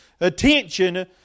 attention